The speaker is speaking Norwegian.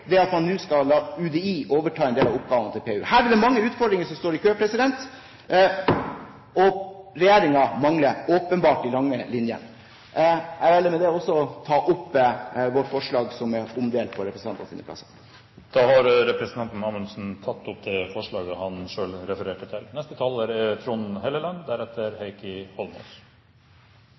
at man skal la UDI overta en del av oppgavene til PU. Her er det mange utfordringer som står i kø, og regjeringen mangler åpenbart de lange linjene. Jeg velger med det å ta opp vårt forslag som er omdelt på representantenes plasser. Representanten Per-Willy Amundsen har tatt opp det forslaget han refererte til.